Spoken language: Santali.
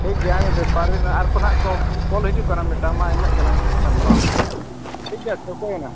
ᱴᱷᱤᱠ ᱜᱮᱭᱟ ᱵᱮᱯᱟᱨᱤ ᱟᱨ ᱠᱚᱦᱟᱸᱜ ᱠᱚ ᱠᱚᱞ ᱦᱤᱡᱩᱜ ᱠᱟᱱᱟ ᱢᱤᱫᱴᱟᱝ ᱢᱟ ᱤᱱᱟᱹᱜ ᱜᱮᱞᱟᱝ ᱜᱟᱞᱢᱟᱨᱟᱣᱟ ᱦᱮᱸᱪᱮ ᱴᱷᱤᱠ ᱜᱮᱭᱟ ᱴᱷᱟᱹᱶᱠᱟᱹᱭᱮᱱᱟ